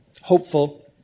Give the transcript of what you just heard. Hopeful